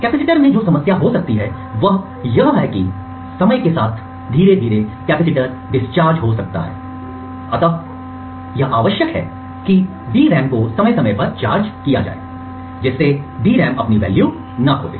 capacitor मैं जो समस्या हो सकती है वह यह है कि समय के साथ धीरे धीरे कैपेसिटीर डिस्चार्ज हो सकता है अतः यह आवश्यक है कि DRAM को समय समय पर चार्ज किया जाए जिससे DRAM अपनी वैल्यू ना खो दे